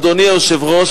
אדוני היושב-ראש,